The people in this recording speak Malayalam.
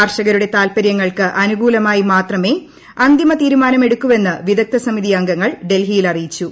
കർഷകരുടെ താത്പരൃങ്ങൾക്ക് അനുകൂലമായായി മാത്രമേ അന്തിമ തീരുമാനം എടുക്കുവെന്ന് വിദഗ്ധ സമിതി അംഗങ്ങൾ ഡൽഹിയിൽ അറിയിച്ചു